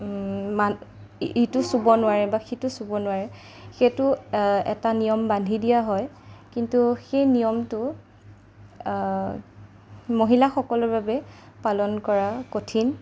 মানুহ ইটো চুব নোৱাৰে বা সিটো চুব নোৱাৰে সেইটো এটা নিয়ম বান্ধি দিয়া হয় কিন্তু সেই নিয়মটো মহিলাসকলৰ বাবে পালন কৰা কঠিন